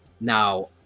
Now